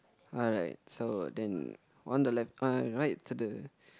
alright so then on the left uh right to the